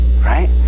Right